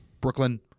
Brooklyn